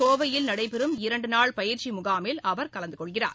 கோவையில் நடைபெறும் இரண்டு நாள் பயிற்சி முகாமில் அவர் கலந்து கொள்கிறார்